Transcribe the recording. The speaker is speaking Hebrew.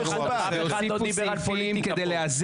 אף אחד לא דיבר על פוליטיקה פה.